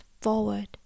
forward